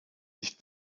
nicht